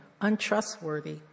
untrustworthy